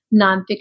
nonfiction